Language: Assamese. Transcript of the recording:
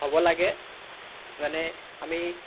হ'ব লাগে যেনে আমি